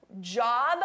job